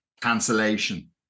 cancellation